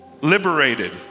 liberated